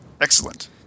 Excellent